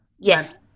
yes